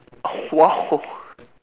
oh !wow!